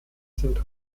sind